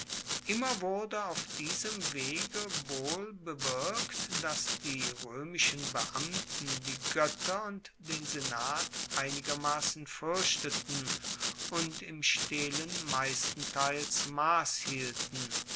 immer wurde auf diesem wege wohl bewirkt dass die roemischen beamten die goetter und den senat einigermassen fuerchteten und im stehlen meistenteils mass hielten